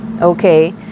okay